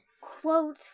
Quote